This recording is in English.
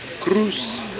Cruz